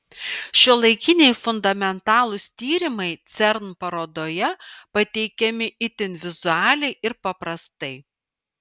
šiuolaikiniai fundamentalūs tyrimai cern parodoje pateikiami itin vizualiai ir paprastai